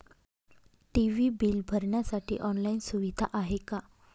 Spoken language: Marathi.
टी.वी बिल भरण्यासाठी ऑनलाईन सुविधा आहे का?